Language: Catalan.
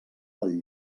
del